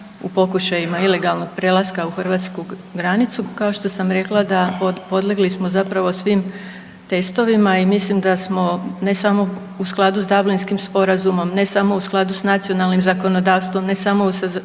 u pokušajima ilegalnog prelaska u hrvatsku granicu, kao što sam rekla da podlegli smo zapravo svim testovima i mislim da smo, ne samo u skladu s Dublinskim sporazumom, ne samo u skladu s nacionalnim zakonodavstvom, ne samo u skladu